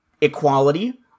equality